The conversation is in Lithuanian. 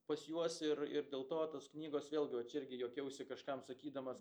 pas juos ir ir dėl to tos knygos vėlgi va čia irgi juokiausi kažkam sakydamas